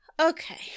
Okay